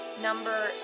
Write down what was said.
Number